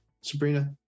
Sabrina